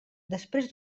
després